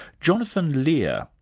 jonathan lear,